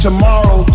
Tomorrow